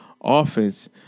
offense